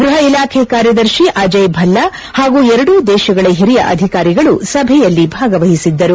ಗೃಹ ಇಲಾಖೆ ಕಾರ್ಯದರ್ಶಿ ಅಜಯ್ ಭಲ್ಲಾ ಹಾಗೂ ಎರಡೂ ದೇಶಗಳ ಹಿರಿಯ ಅಧಿಕಾರಿಗಳು ಸಭೆಯಲ್ಲಿ ಭಾಗವಹಿಸಿದ್ದರು